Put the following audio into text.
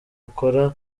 akora